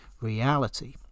reality